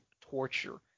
torture